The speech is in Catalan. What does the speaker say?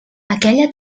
aquella